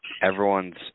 everyone's